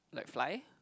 like fly